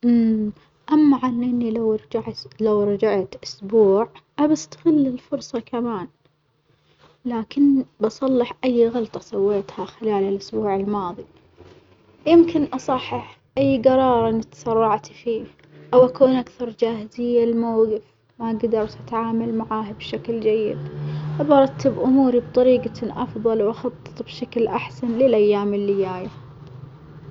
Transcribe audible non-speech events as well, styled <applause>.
<hesitation> أما عن إني لو رجعس لو رجعت أسبوع بستغل الفرصة كمان، لكن بصلح أي غلطة سويتها خلال الأسبوع الماظي، يمكن أصحح أي جرار أنا إتسرعت فيه أو أكون أكثر جاهزية لموجف ما جدرت أتعامل معاه بشكل جيد، برتب أموري بطريجة أفضل وأخطط بشكل أحسن للأيام اللي ياية.